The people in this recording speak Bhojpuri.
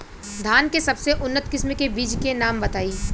धान के सबसे उन्नत किस्म के बिज के नाम बताई?